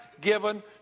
given